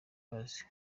imbabazi